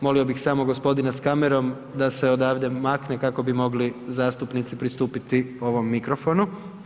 Molio bi samo gospodina s kamerom da se odavde makne kako bi mogli zastupnici mogli pristupiti ovom mikrofonu.